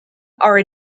are